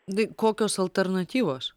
tai kokios alternatyvos